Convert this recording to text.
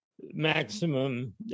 maximum